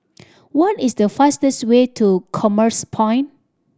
what is the fastest way to Commerce Point